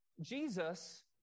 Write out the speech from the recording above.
Jesus